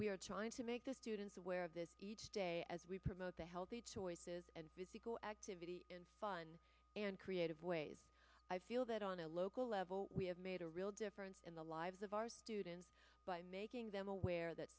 we are trying to make the students aware of this each day as we promote the healthy choices and physical activity and fun and creative ways i feel that on a local level we have made a real difference in the lives of our students by making them aware that